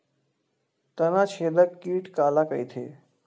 तनाछेदक कीट काला कइथे?